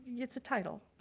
it's a title.